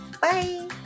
Bye